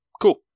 Cool